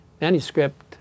Manuscript